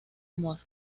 amor